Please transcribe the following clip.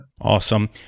awesome